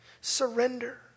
Surrender